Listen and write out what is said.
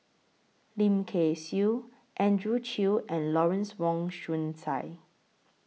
Lim Kay Siu Andrew Chew and Lawrence Wong Shyun Tsai